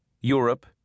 Europe